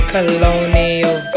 Colonial